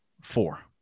four